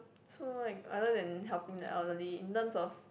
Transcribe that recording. so like other than helping the elderly in terms of